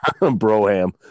Broham